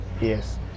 Yes